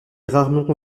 rarement